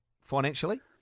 financially